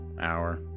Hour